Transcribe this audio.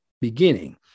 beginning